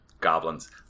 goblins